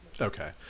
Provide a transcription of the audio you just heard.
Okay